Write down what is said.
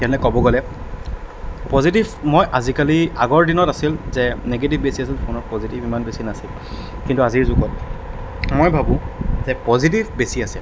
এনে ক'ব গ'লে পজিটিভ মই আজিকালি আগৰ দিনত আছিল যে নিগেটিভ বেছি আছিল ফোনত পজিটিভ ইমান বেছি নাছিল কিন্তু আজিৰ যুগত মই ভাবোঁ যে পজিটিভ বেছি আছে